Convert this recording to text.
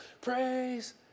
praise